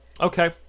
okay